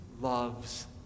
loves